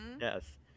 Yes